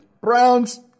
Browns